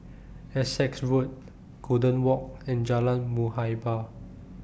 Essex Road Golden Walk and Jalan Muhibbah